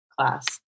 class